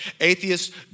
atheists